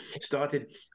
started